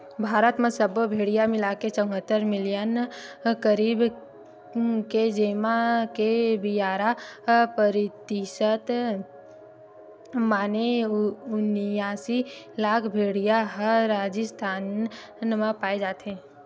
भारत म सब्बो भेड़िया मिलाके चउहत्तर मिलियन करीब हे जेमा के गियारा परतिसत माने उनियासी लाख भेड़िया ह राजिस्थान म पाए जाथे